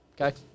Okay